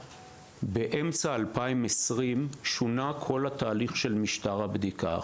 באמצע 2020 שונה כל התהליך של משטר הבדיקה.